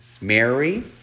Mary